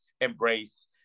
embrace